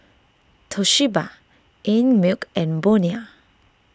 Toshiba Einmilk and Bonia